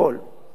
החליטה